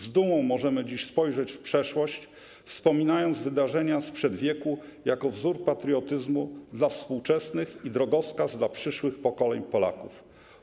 Z dumą możemy dziś spojrzeć w przeszłość, wspominając wydarzenia sprzed wieku, jako wzór patriotyzmu dla współczesnych i drogowskaz dla przyszłych pokoleń Polaków.